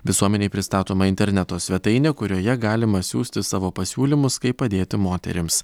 visuomenei pristatoma interneto svetainė kurioje galima siųsti savo pasiūlymus kaip padėti moterims